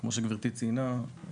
כמו שגברתי ציינה,